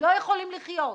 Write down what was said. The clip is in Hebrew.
לא יכולים לחיות.